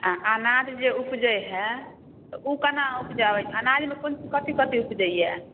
आ अनाज जे ऊपजैत हए तऽ ओ केना ऊपजाबैत छी अनाजमे कोन कथी कथी ऊपजैया